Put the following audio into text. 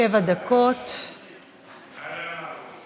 בבקשה, שבע דקות לרשותך.